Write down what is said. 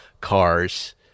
cars